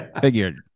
Figured